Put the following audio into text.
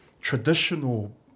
traditional